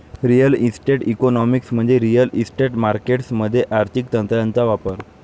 real estate economics म्हणजे real estate markets मध्ये आर्थिक तंत्रांचा वापर